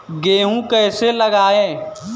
गेहूँ कैसे लगाएँ?